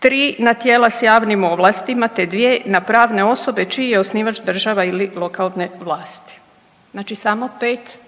tri na tijela s javnim ovlastima te dvije na pravne osobe čiji je osnivač država ili lokalne vlasti. Znači samo pet